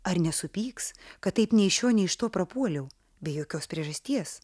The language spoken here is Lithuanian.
ar nesupyks kad taip nei iš šio nei iš to prapuoliau be jokios priežasties